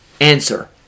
Answer